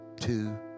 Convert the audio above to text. two